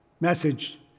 message